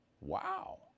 Wow